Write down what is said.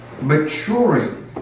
maturing